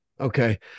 okay